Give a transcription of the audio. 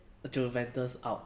juventus out